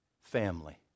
family